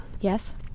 yes